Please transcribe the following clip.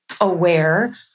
aware